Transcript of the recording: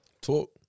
Talk